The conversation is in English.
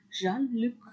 Jean-Luc